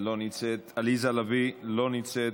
לא נמצאת, עליזה לביא, לא נמצאת,